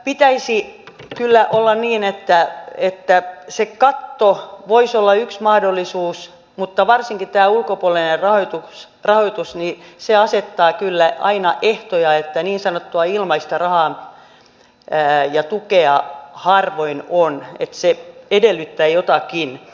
pitäisi kyllä olla niin että se katto voisi olla yksi mahdollisuus mutta varsinkin tämä ulkopuolinen rahoitus asettaa kyllä aina ehtoja niin että niin sanottua ilmaista rahaa ja tukea harvoin on vaan se edellyttää jotakin